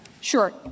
Sure